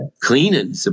cleaning